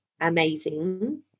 amazing